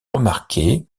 remarquée